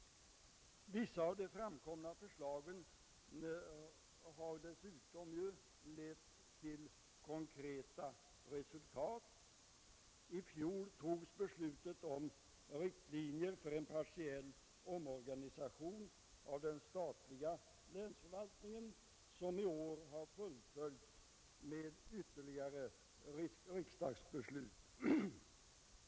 Vissa av de framkomna förslagen har dessutom lett till konkreta resultat. I fjol togs beslutet om riktlinjer för en partiell omorganisation av den statliga länsförvaltningen som i år har fullföljts med ytterligare riksdagsbeslut.